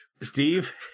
Steve